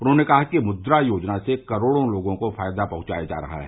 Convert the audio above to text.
उन्होंने कहा कि मुद्रा योजना से करोड़ों लोगों को फायदा पहुंचाया जा रहा है